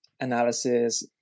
analysis